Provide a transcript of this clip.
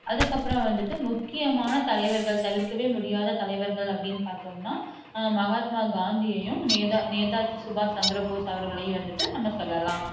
அதுக்கப்பறம் வந்துட்டு முக்கியமான தலைவர்கள் தவிர்க்கவே முடியாத தலைவர்கள் அப்டினு பார்த்தோம்னா மஹாத்மா காந்தியையும் நேதா நேதாஜி சுபாஸ் சந்திர போஸ் அவர்களையும் வந்துட்டு நம்ம சொல்லலாம்